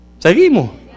Seguimos